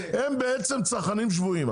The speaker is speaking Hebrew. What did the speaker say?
הם בעצם צרכנים שבויים.